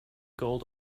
gold